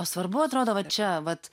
o svarbu atrodo va čia vat